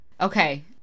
Okay